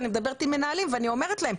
אני מדברת עם מנהלים ואני אומרת להם,